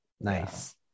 Nice